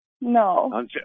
No